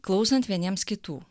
klausant vieniems kitų